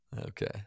Okay